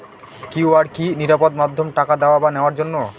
QR কি নিরাপদ মাধ্যম টাকা দেওয়া বা নেওয়ার জন্য?